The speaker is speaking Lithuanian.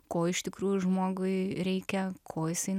ko iš tikrųjų žmogui reikia ko jisai